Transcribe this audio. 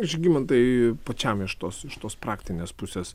žygimantai pačiam iš tos iš tos praktinės pusės